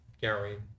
Gary